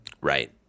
Right